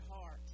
heart